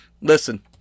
Listen